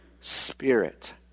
Spirit